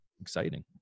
Exciting